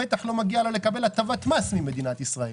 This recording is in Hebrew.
בטח לא מגיע לה לקבל הטבת מס ממדינת ישראל.